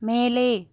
மேலே